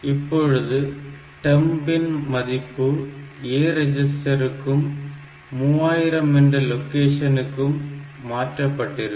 இப்பொழுது டெம்ப் இன் மதிப்பு A ரெஜிஸ்டருக்கும் 3000 என்ற லொகேஷனுக்கும் மாற்றப்பட்டிருக்கும்